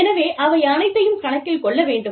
எனவே அவை அனைத்தையும் கணக்கில் கொள்ள வேண்டும்